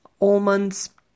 almonds